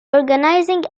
organising